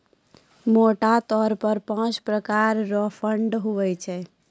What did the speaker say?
मोटा तौर पर पाँच प्रकार रो फंड हुवै छै